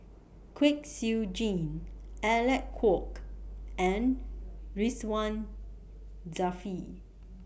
Kwek Siew Jin Alec Kuok and Ridzwan Dzafir